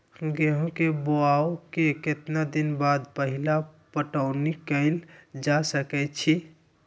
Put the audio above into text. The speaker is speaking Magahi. गेंहू के बोआई के केतना दिन बाद पहिला पटौनी कैल जा सकैछि?